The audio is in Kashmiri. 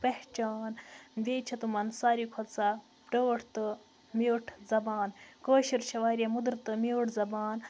پہچان بیٚیہِ چھِ تِمَن ساروٕے کھۄتہٕ سۄ ٹٲٹھ تہٕ میٖٹھ زَبان کٲشُر چھِ واریاہ مٔدٕر تہٕ میٖٹھ زَبان